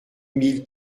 mille